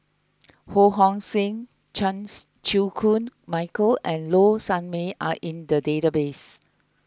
Ho Hong Sing Chans Chew Koon Michael and Low Sanmay are in the database